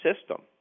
system